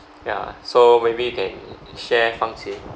ya so maybe you can share fangchi